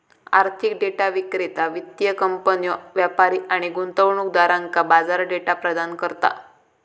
आर्थिक डेटा विक्रेता वित्तीय कंपन्यो, व्यापारी आणि गुंतवणूकदारांका बाजार डेटा प्रदान करता